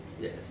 Yes